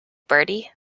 bertie